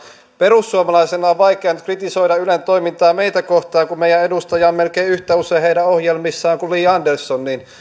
perussuomalaisena on vaikea nyt kritisoida ylen toimintaa meitä kohtaan kun meidän edustajiamme on melkein yhtä usein heidän ohjelmissaan kuin li andersson